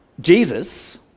Jesus